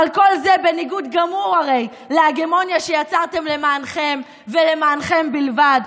אבל כל זה הרי בניגוד גמור להגמוניה שיצרתם למענכם ולמענכם בלבד.